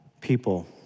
people